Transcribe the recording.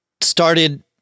started